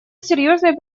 серьезной